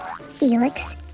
Felix